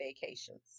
vacations